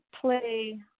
play